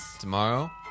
Tomorrow